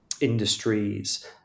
industries